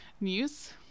news